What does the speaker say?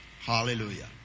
Hallelujah